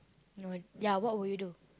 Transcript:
no ya what will you do